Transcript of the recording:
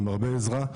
עם הרבה עזרה.